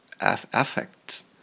affects